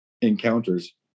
encounters